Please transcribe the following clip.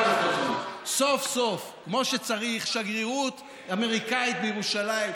סוף-סוף, כמו שצריך, שגרירות אמריקנית בירושלים.